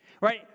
Right